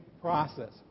process